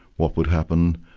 what would happen,